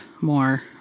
more